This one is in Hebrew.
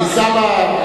אתה סבא רבא.